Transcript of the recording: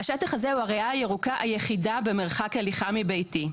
"השטח הזה הוא הריאה הירוקה היחידה במרחק הליכה מביתי.